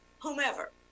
whomever